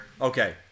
Okay